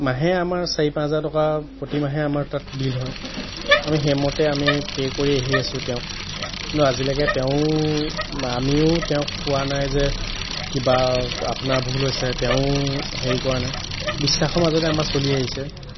মাহে আমাৰ চাৰি পাঁচ হেজাৰ টকা প্ৰতি মাহে আমাৰ তাত বিল হয় আমি সেইমতে আমি পে' কৰি আহি আছোঁ তেওঁক কিন্তু আজিলৈকে তেওঁ বা আমিও তেওঁক কোৱা নাই যে কিবা আপোনাৰ ভুল হৈছে তেওঁ হেৰি কৰা নাই বিশ্বাসৰ মাজতে আমাৰ চলি আহিছে